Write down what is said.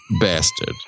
bastard